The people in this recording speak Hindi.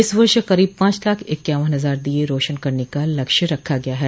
इस वर्ष करीब पांच लाख इक्यावन हजार दीये रोशन करने का लक्ष्य रखा गया है